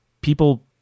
people